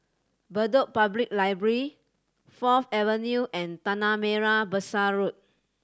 Bedok Public Library Fourth Avenue and Tanah Merah Besar Road